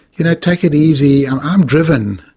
you know, take it easy i'm i'm driven,